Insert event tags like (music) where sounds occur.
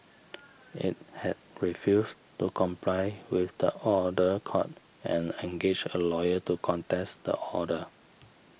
(noise) it had refused to comply with the order court and engaged a lawyer to contest the order